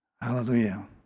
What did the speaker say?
Hallelujah